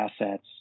assets